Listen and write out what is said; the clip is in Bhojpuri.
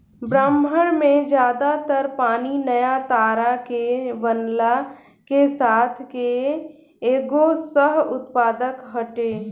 ब्रह्माण्ड में ज्यादा तर पानी नया तारा के बनला के साथ के एगो सह उत्पाद हटे